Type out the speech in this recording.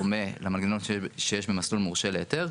דמה למנגנון שיש במסלול מורשה להיתר.